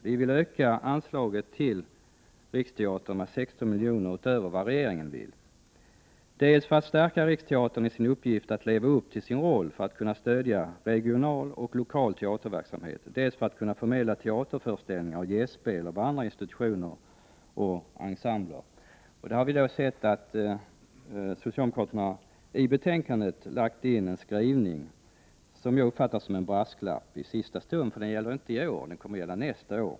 Vi vill öka anslaget till denna med 16 miljoner mer än vad regeringen vill anslå, dels för att stärka Riksteatern i fråga om dess uppgift att leva upp till sin roll när det gäller att kunna stödja regional och lokal teaterverksamhet, dels för att kunna förmedla teaterföreställningar och gästspel av andra institutioner och ensembler. I betänkandet förekommer en skrivning från socialdemokraterna som jag uppfattar som en brasklapp tillkommen i sista stund, eftersom den gäller verksamheten nästa år.